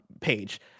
page